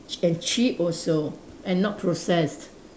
and cheap also and not processed